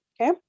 okay